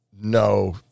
No